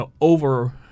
over